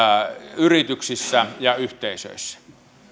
yrityksissä ja yhteisöissä